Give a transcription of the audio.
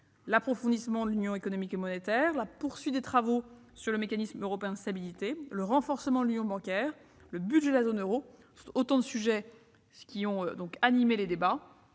l'approfondissement de l'Union économique et monétaire, la poursuite des travaux sur le mécanisme européen de stabilité, le renforcement de l'union bancaire et le budget de la zone euro. Le Président de la République a